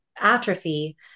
atrophy